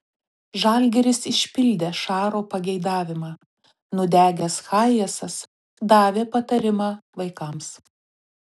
žalgiris išpildė šaro pageidavimą nudegęs hayesas davė patarimą vaikams